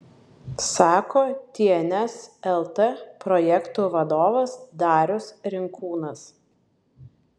sako tns lt projektų vadovas darius rinkūnas